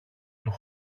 του